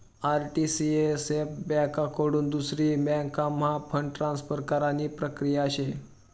RTCSF ब्यांककडथून दुसरी बँकम्हा फंड ट्रान्सफर करानी प्रक्रिया शे